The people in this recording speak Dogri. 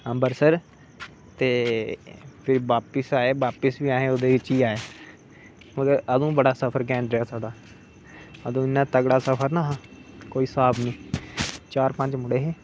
अंवरसर ते फिर बापिस आए बापिस बी अस ओहदे बिच गै आए अंदू बडा सफर घैंट रेहा साढ़ा अंदू ना इन्ना तगड़ा सफर हा ना कोई हिसाब नेंई चार पंज मुडे़ हे